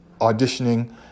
auditioning